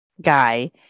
guy